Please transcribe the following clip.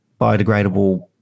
biodegradable